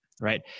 right